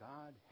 God